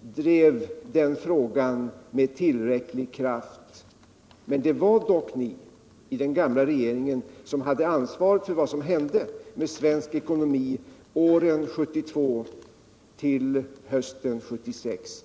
drev den frågan med tillräcklig kraft, men det var ändå ni i den gamla regeringen som hade ansvaret för vad som hände med svensk ekonomi från 1972 till hösten 1976.